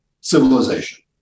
civilization